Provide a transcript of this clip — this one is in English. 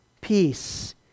Peace